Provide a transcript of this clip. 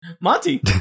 Monty